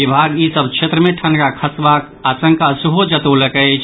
विभाग ई क्षेत्र सभ मे ठनका खसबाक आशंका सेहो जतौलक अछि